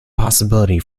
possibility